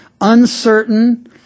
uncertain